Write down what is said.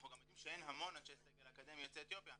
אנחנו יודעים שאין המון אנשי סגל אקדמי יוצאי אתיופיה,